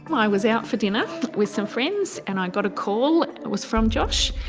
i was out for dinner with some friends and i got a call, it was from josh.